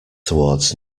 toward